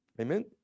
Amen